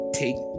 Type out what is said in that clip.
take